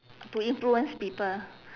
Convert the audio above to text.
to influence people